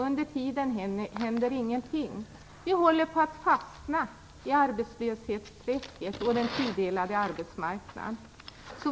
Under tiden händer ingenting. Vi håller på att fastna i arbetslöshetsträsket och den tudelade arbetsmarknaden.